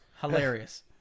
Hilarious